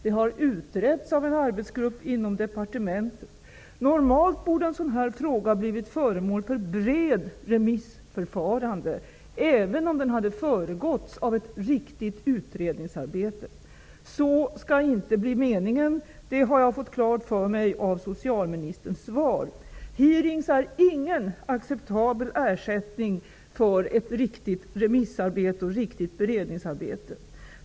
Det har utretts av en arbetsgrupp inom departementet. Normalt borde en sådan här fråga bli föremål för ett brett remissförfarande, även om den hade föregåtts av ett riktigt utredningsarbete. Så är inte meningen. Det har jag fått klart för mig av socialministerns svar. Hearingar är ingen acceptabel ersättning för ett riktigt remissarbete och ett riktigt beredningsarbete.